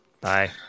Bye